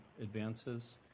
advances